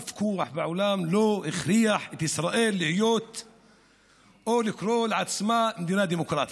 אף כוח בעולם לא הכריח את ישראל להיות או לקרוא לעצמה מדינה דמוקרטית.